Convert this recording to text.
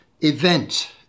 event